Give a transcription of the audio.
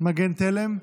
מגן תלם,